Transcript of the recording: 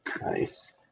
Nice